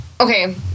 okay